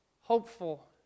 hopeful